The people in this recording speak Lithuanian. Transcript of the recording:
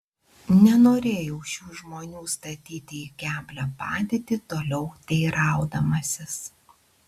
nenorėjau šių žmonių statyti į keblią padėtį toliau teiraudamasis